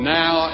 now